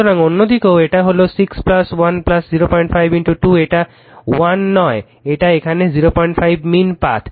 সুতরাং অন্য দিকেও এটা হলো 6 1 05 2 এটা 1 নয় এটা এখানে 05 মীন পাথ